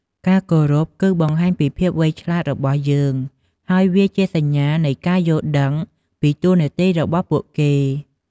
ការគោរព គឺបង្ហាញពីភាពវៃឆ្លាតរបស់យើង ហើយវាជាសញ្ញានៃការយល់ដឹងពីតួនាទីរបស់ពួកគេ។